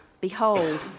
Behold